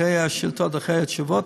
אחרי התשובות,